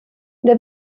der